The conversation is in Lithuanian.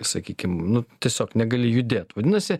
sakykimnu tiesiog negali judėt vadinasi